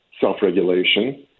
self-regulation